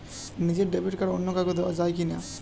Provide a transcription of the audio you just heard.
নিজের debit card অন্য কাউকে দেওয়া যায় কি না?